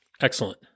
Excellent